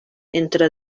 entre